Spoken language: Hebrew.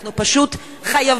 אנחנו פשוט חייבים,